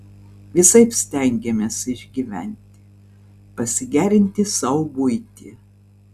visaip stengėmės išgyventi pasigerinti sau buitį